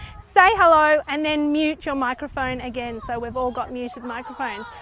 say hello and then mute your microphone again so we've all got muted microphones.